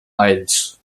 aisles